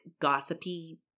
gossipy